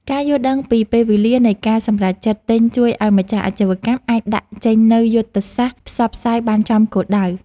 ការយល់ដឹងពីពេលវេលានៃការសម្រេចចិត្តទិញជួយឱ្យម្ចាស់អាជីវកម្មអាចដាក់ចេញនូវយុទ្ធសាស្ត្រផ្សព្វផ្សាយបានចំគោលដៅ។